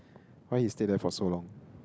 why he stay there for so long